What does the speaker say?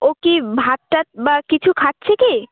ও কি ভাত টাত বা কিছু খাচ্ছে কি